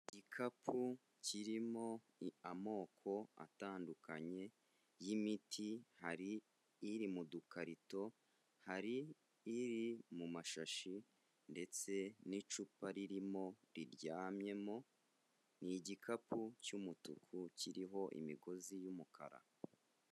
Igikapu kirimo amoko atandukanye y'imiti, hari iri mu dukarito, hari iri mu mashashi, ndetse n'icupa ririmo riryamyemo. Ni igikapu cy'umutuku kiriho imigozi y'umukara.